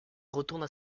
retourne